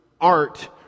art